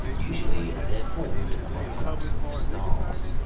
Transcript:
usually they're formed by collapsing stars.